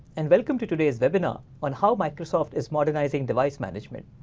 and welcome to today's webinar on how microsoft is modernizing device management.